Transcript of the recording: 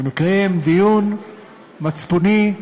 ונקיים דיון מצפוני,